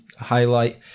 highlight